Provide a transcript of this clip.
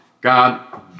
God